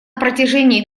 протяжении